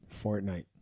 Fortnite